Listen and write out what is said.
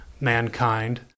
mankind